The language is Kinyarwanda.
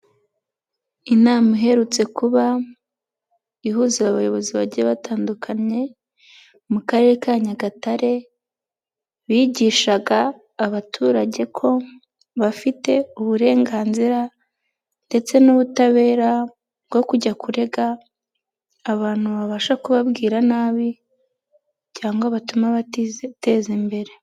Inama iherutse kuba ihuza abayobozi bagiye batandukanye mu Karere ka Nyagatare, bigishaga abaturage ko bafite uburenganzira ndetse n'ubutabera bwo kujya kurega abantu babasha kubabwira nabi cyangwa batuma batiteza imbere.